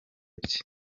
bye